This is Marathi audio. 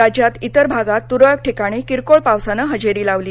राज्याच्या इतर भागात तुरळक ठिकाणी किरकोळ पावसानं हजेरी लावली